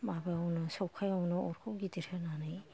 माबायावनो सबखायावनो अरखौ गिदिर होनानै